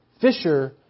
Fisher